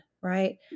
right